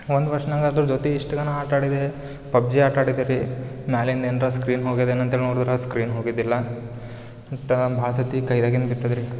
ಒಂದು ವರ್ಷದಾಗ ಅದ್ರ ಜೊತೆ ಇಷ್ಟು ಗನ ಆಟ ಆಡಿದೆ ಪಬ್ಜಿ ಆಟ ಆಡಿದೆ ರೀ ನಾಳೆ ಇಂದ ಏನ್ರಾ ಸ್ಕ್ರೀನ್ ಹೋಗಿದೆ ಏನಂತೇಳಿ ನೋಡದ್ರೆ ಸ್ಕ್ರೀನ್ ಹೋಗಿದ್ದಿಲ್ಲಾ ಬಟ್ ಭಾಳ ಸತಿ ಕೈದಾಗಿಂದ ಬಿತ್ತದು ರೀ